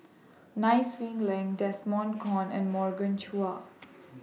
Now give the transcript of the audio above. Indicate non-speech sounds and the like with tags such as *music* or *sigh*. *noise* Nai Swee Leng Desmond Kon and Morgan Chua